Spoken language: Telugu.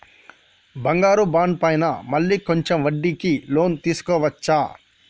బంగారు బాండు పైన మళ్ళా కొంచెం వడ్డీకి లోన్ తీసుకోవచ్చా?